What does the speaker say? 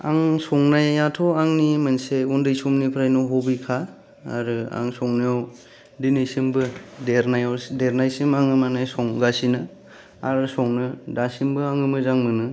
आं संनायाथ' आंनि मोनसे उन्दै समनिफ्रायनो हबिखा आरो आं संनायाव दिनैसिमबो देरनायाव देरनायसिम आङो माने संगासिनो आरो संनो दासिमबो आङो मोजां मोनो